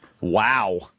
Wow